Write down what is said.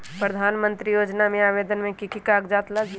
प्रधानमंत्री योजना में आवेदन मे की की कागज़ात लगी?